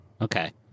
Okay